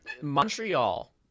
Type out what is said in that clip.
Montreal